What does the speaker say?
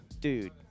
Dude